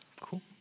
Cool